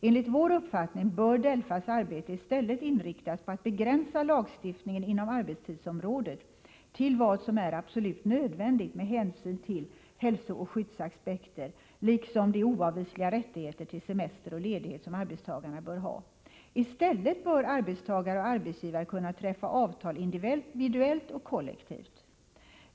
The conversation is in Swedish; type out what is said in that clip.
Enligt vår uppfattning bör DELFA:s arbete i stället inriktas på att begränsa lagstift ; Arbetstid och ledigningen inom arbetstidsområdet till vad som är absolut nödvändigt med — het hänsyn till hälsooch skyddsaspekter liksom de oavvisliga rättigheter till semester och ledighet som arbetstagarna bör ha. I stället bör arbetstagare och arbetsgivare kunna träffa avtal individuellt och kollektivt.